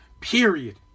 period